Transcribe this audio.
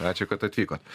ačiū kad atvykot